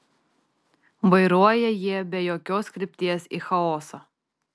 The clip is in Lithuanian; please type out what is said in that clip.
vairuoja jie be jokios krypties į chaosą